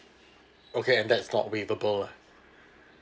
okay and that's not waiverable lah